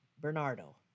Bernardo